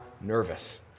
nervous